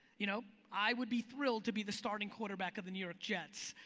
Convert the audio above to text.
you know, i would be thrilled to be the starting quarterback of the new york jets.